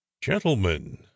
gentlemen